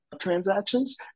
transactions